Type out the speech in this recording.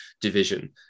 division